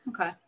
Okay